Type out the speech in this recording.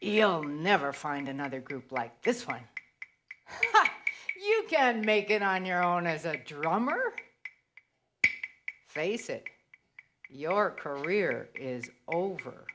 he'll never find another group like this one you can make it on your own as a drummer basic your career is over